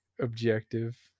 objective